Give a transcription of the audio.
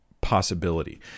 possibility